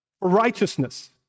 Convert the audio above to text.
Righteousness